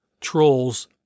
Trolls